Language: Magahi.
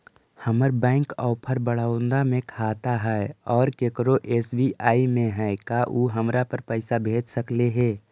हमर बैंक ऑफ़र बड़ौदा में खाता है और केकरो एस.बी.आई में है का उ हमरा पर पैसा भेज सकले हे?